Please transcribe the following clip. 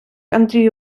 андрію